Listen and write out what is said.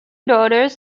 daughters